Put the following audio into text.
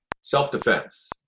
self-defense